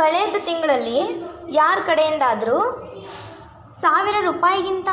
ಕಳೆದ ತಿಂಗಳಲ್ಲಿ ಯಾರ ಕಡೆಯಿಂದಾದರೂ ಸಾವಿರ ರೂಪಾಯಿಗಿಂತ